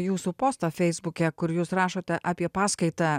jūsų postą feisbuke kur jūs rašote apie paskaitą